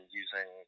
using